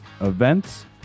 events